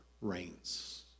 reigns